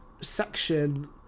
section